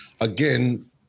again